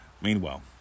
Meanwhile